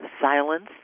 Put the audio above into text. silence